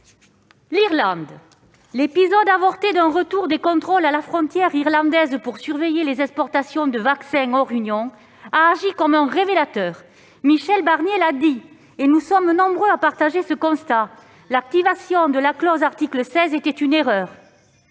l'Irlande. L'épisode avorté d'un retour des contrôles à la frontière irlandaise pour surveiller les exportations de vaccins en dehors de l'Union européenne a agi comme un révélateur. Michel Barnier l'a déclaré et nous sommes nombreux à partager ce constat :« L'activation de la clause article 16 était une erreur.